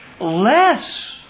less